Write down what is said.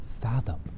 fathom